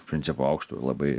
iš principo aukšto labai